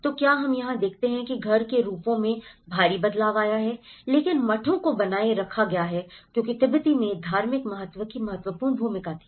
तो क्या हम यहां देखते हैं कि घर के रूपों में भारी बदलाव आया है लेकिन मठों को बनाए रखा गया है क्योंकि तिब्बतियों में धार्मिक महत्व की महत्वपूर्ण भूमिका थी